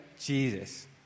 Jesus